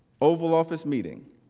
oval office meeting.